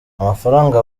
amafaranga